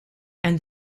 and